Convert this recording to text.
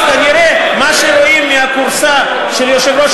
אז כנראה מה שרואים מהכורסה של יושב-ראש